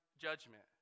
judgment